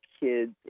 kids